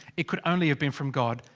it could only have been from god.